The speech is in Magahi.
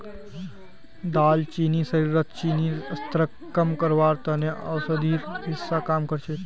दालचीनी शरीरत चीनीर स्तरक कम करवार त न औषधिर हिस्सा काम कर छेक